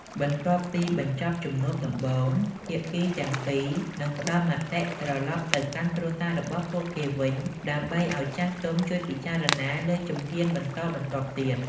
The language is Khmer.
បន្ទាប់ពីបញ្ចប់ជំនួបដំបូង ភាគីទាំងពីរនឹងផ្ដល់មតិត្រឡប់ទៅកាន់គ្រួសាររបស់ពួកគេវិញ ដើម្បីឱ្យចាស់ទុំជួយពិចារណាលើជំហានបន្តបន្ទាប់ទៀត។